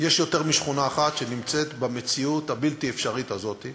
יש יותר משכונה אחת שנמצאת במציאות הבלתי-אפשרית הזאת,